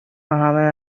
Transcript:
همه